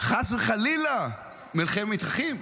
חס וחלילה מלחמת אחים.